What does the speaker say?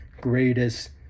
greatest